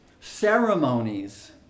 ceremonies